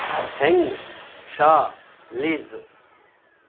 hung sha liz